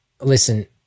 Listen